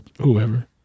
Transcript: whoever